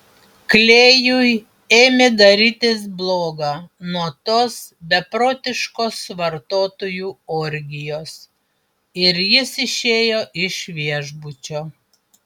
klėjui ėmė darytis bloga nuo tos beprotiškos vartotojų orgijos ir jis išėjo iš viešbučio